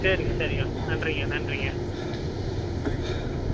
சரிங்க சரிங்க நன்றிங்க நன்றிங்க ம்